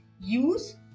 use